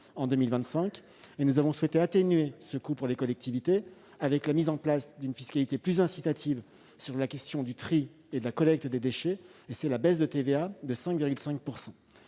en 2025. Nous avons souhaité atténuer ce coût pour les collectivités par la mise en place d'une fiscalité plus incitative pour le tri et la collecte des déchets : c'est la baisse à 5,5